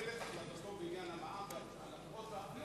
מכבד את החלטתו בעניין המע"מ על הפירות והירקות,